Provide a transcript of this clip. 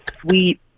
sweet